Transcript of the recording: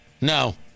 no